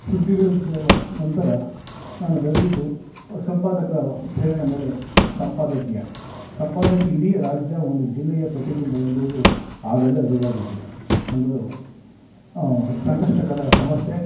ಸುದ್ದಿಗಳು ನಂತರ ನಾನು ಬರೆದಿದ್ದು ಸಂಪಾದಕರ ಪ್ರೇರಣೆ ಮೇಲೆ ಸಂಪಾದಕೀಯ ಸಂಪಾದಕಿ ಇಡೀ ರಾಜ್ಯ ಒಂದು ಜಿಲ್ಲೆಯ ಪ್ರತಿಬಿಂಬ ಎಂಬುದು ಆಗಲೇ ಅರಿವಾಗಿದ್ದು ಒಂದು ಸಂಕಷ್ಟಕರ ಸಮಸ್ಯೆ